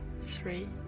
three